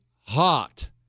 hot